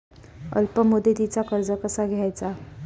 अल्प मुदतीचा कर्ज कसा घ्यायचा?